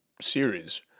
series